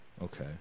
Okay